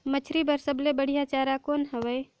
मछरी बर सबले बढ़िया चारा कौन हवय?